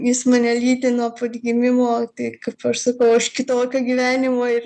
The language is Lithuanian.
jis mane lydi nuo pat gimimo tai kaip aš sakau aš kitokio gyvenimo ir